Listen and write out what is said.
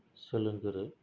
सोलोंबोदों